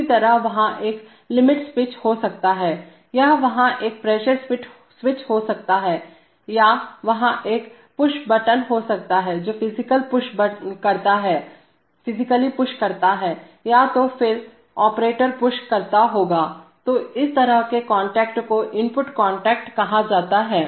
इसी तरह वहां एक लिमिट स्विच हो सकता है या वहां एक प्रेशर स्विच हो सकता है या वहां एक पुश बटन हो सकता है जो फिजिकली पुश करता है या तो फिर ऑपरेटर पुश करता होगा तो इस तरह के कांटेक्ट को इनपुट कांटेक्ट कहां जाता है